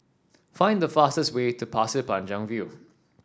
find the fastest way to Pasir Panjang View